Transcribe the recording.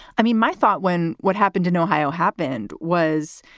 i mean, my thought when what happened to ohio happened was,